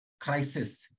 Crisis